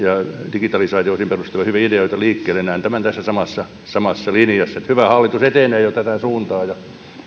digitalisointiin perustuvia hyviä ideoita liikkeelle ja näen tämän tässä samassa samassa linjassa että hyvä hallitus etenee jo tähän suuntaan ja on